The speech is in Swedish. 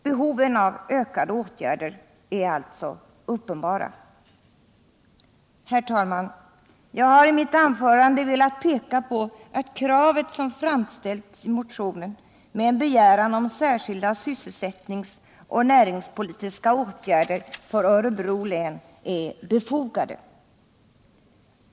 Behoven av ökade åtgärder är alltså uppenbara. Herr talman! Jag har i mitt anförande velat peka på att kravet, som framställts i motionen, med en begäran om särskilda sysselsättningsoch näringspolitiska åtgärder för Örebro län är befogade.